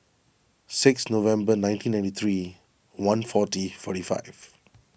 six November nineteen ninety three one forty forty five